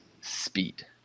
speed